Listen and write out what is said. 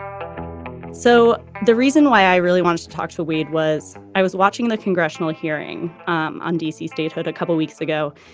um so the reason why i really wanted to talk to wade was i was watching the congressional hearing um on d c. statehood a couple weeks ago.